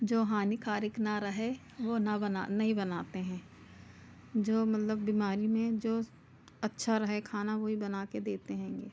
जो हानिकारिक ना रहे वह ना बना नहीं बनाते हैं जो मतलब बिमारी में जो अच्छा रहे खाना वही बना के देते हैं